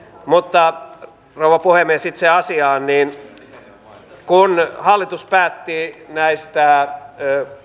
mutta rouva puhemies itse asiaan kun hallitus päätti näistä